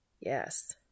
Yes